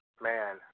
man